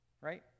Right